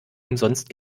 umsonst